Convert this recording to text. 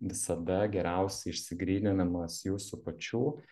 visada geriausiai išsigryninimas jūsų pačių